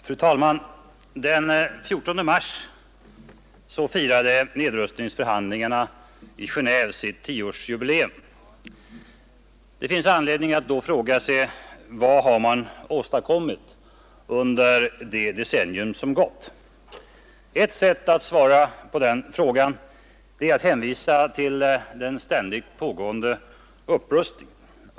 Fru talman! Den 14 mars firade nedrustningsförhandlingarna i Genéve sitt tioårsjubileum. Vad har man åstadkommit under det decennium som gått? Ett sätt att svara på frågan är att hänvisa till den ständigt pågående upprustningen.